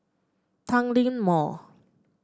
Tanglin Mall